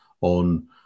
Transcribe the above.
on